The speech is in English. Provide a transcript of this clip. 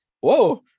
Whoa